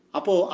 Apo